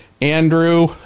Andrew